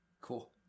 Cool